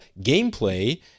gameplay